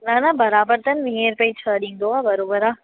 न न बराबरि अथन वीह रुपये जी छह ॾींदो आहे बराबरि आहे